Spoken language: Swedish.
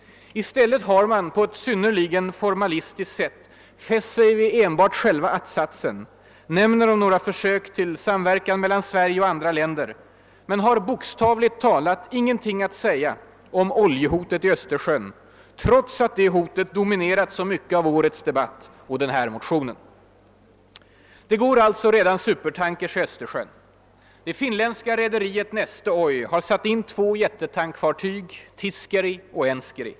I stället har man på ett synnerligen formalistiskt sätt fäst sig enbart vid själva att-satsen, nämner några försök till samverkan mellan Sverige och andra länder men har bokstavligt talat ingenting att säga om oljehotet i Östersjön trots att detta hot dominerat så mycket av årets debatt och den här motionen. Det går alltså redan supertankers i Östersjön. Det finländska rederiet Neste in två jättetankfartyg, Tiiskeri och Enskeri.